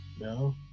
No